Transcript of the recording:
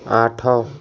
ଆଠ